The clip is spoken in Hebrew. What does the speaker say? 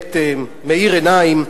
באמת מאיר עיניים,